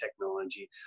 technology